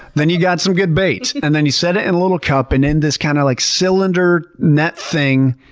then you got some good bait. and then you set it in a little cup and in this kind of like cylinder net thing.